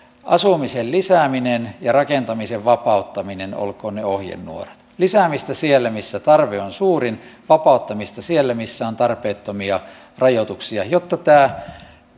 asumisen lisääminen ja rakentamisen vapauttaminen olkoot ne ohjenuorat lisäämistä siellä missä tarve on suurin vapauttamista siellä missä on tarpeettomia rajoituksia jotta tämä